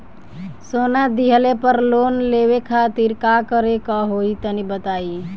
सोना दिहले पर लोन लेवे खातिर का करे क होई तनि बताई?